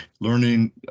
learning